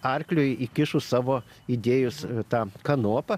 arkliui įkišus savo įdėjus tą kanopą